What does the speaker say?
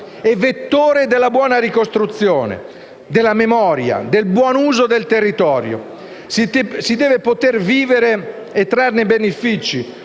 e vettore della buona ricostruzione, della memoria, del buon uso del territorio; si deve poter vivere e trarre benefici,